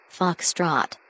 Foxtrot